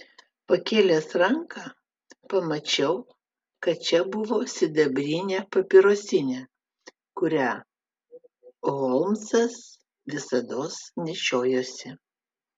pakėlęs ranką pamačiau kad čia buvo sidabrinė papirosinė kurią holmsas visados nešiojosi